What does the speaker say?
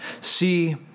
See